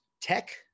tech